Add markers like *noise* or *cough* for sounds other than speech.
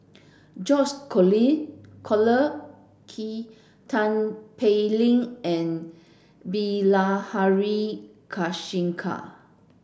George *unintelligible* Collyer Key Tin Pei Ling and Bilahari Kausikan